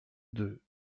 deux